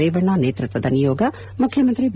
ರೇವಣ್ಣ ನೇತೃತ್ವದ ನಿಯೋಗ ಮುಖ್ಯಮಂತ್ರಿ ಬಿ